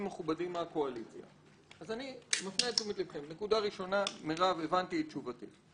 מכובדים מהקואליציה אז אני מפנה את תשומת לבכם.